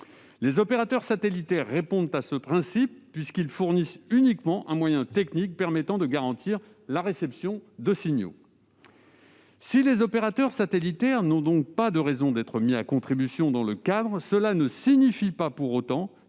Les opérateurs satellitaires répondent à cette condition, puisqu'ils fournissent uniquement un moyen technique permettant de garantir la réception de signaux. Si les opérateurs satellitaires n'ont donc pas de raison d'être mis à contribution dans ce cadre, cela ne signifie pas pour autant